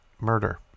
murder